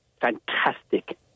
Fantastic